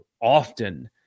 often